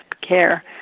Care